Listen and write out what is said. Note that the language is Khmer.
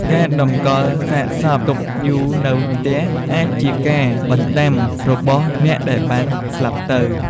ការតម្កល់សាកសពទុកយូរនៅផ្ទះអាចជាការបណ្តាំរបស់អ្នកដែលបានស្លាប់ទៅ។